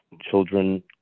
Children